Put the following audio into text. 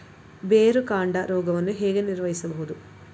ಬೇರುಕಾಂಡ ರೋಗವನ್ನು ಹೇಗೆ ನಿರ್ವಹಿಸಬಹುದು?